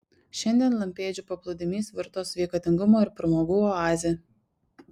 šiandien lampėdžių paplūdimys virto sveikatingumo ir pramogų oaze